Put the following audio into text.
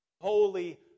holy